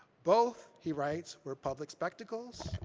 both, he writes, were public spectacles,